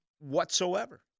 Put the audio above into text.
whatsoever